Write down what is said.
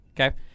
okay